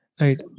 right